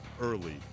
early